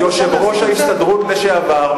יושב-ראש ההסתדרות לשעבר,